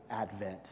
advent